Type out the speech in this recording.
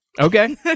Okay